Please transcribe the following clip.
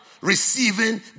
receiving